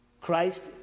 Christ